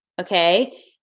Okay